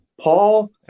Paul